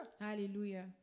Hallelujah